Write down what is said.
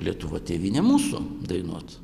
lietuva tėvynė mūsų dainuot